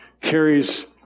carries